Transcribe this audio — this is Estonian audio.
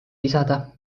lisada